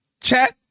chat